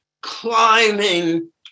climbing